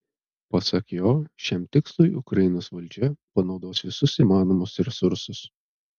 pasak jo šiam tikslui ukrainos valdžia panaudos visus įmanomus resursus